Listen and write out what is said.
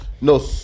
No